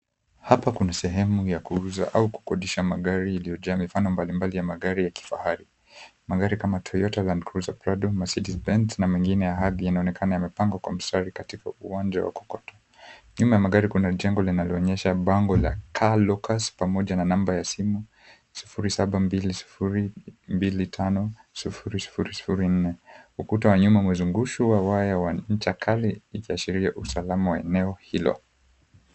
Hapa kuna sehemu ya kuuza au kukodesha magari iliyojaa mifano mbalimbali ya magari ya kifahari, magari kama Toyota, Landcuriser, Prado, Mercedes-Benz na mengine ya hadhi. Inaonekana yamepangwa kwa mstari katika uwanja wa kokoto. Nyuma ya magari kuna jengo linaloonyesha bango la, Car Lockers pamoja na namba ya simu 0720250004. Ukuta wa nyuma umezungushwa waya wa ncha kali ukiashiria usalama wa eneo hilo.